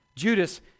Judas